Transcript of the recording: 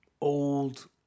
old